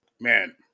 man